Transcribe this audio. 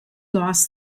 lost